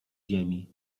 ziemi